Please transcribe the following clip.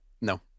No